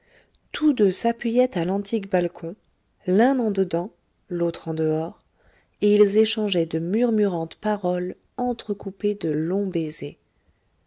tous deux s'appuyaient à l'antique balcon l'un en dedans l'autre en dehors et ils échangeaient de murmurantes paroles entrecoupées de longs baisers